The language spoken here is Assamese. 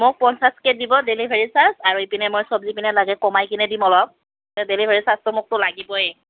মোক পঞ্চাছকৈ দিব ডেলিভাৰী ছাৰ্জ আৰু ইপিনে মই চব্জিপিনে লাগে কমাই কিনে দিম অলপ ডেলিভাৰী ছাৰ্জটো মোকতো লাগিবই